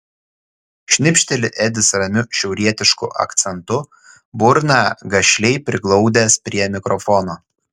šnipšteli edis ramiu šiaurietišku akcentu burną gašliai priglaudęs prie mikrofono